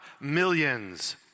millions